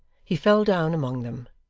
he fell down among them,